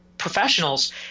professionals